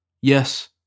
yes